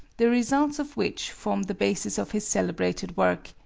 the results of which form the basis of his celebrated work,